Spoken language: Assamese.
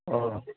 অঁ